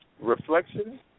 reflection